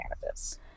cannabis